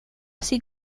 así